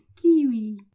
Kiwi